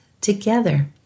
together